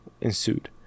ensued